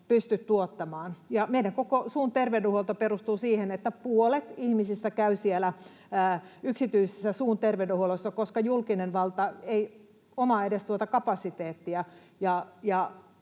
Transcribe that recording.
pysty tuottamaan. Meidän koko suun terveydenhuolto perustuu siihen, että puolet ihmisistä käy siellä yksityisessä suun terveydenhuollossa, koska julkinen valta ei omaa edes tuota kapasiteettia.